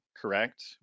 correct